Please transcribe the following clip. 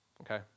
okay